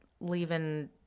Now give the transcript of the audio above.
leaving